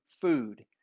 food